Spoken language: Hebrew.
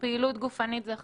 פעילות גופנית זה חשוב,